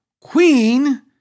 Queen